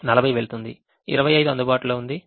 40 వెళుతుంది 25 అందుబాటులో ఉంది